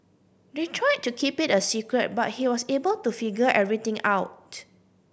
they tried to keep it a secret but he was able to figure everything out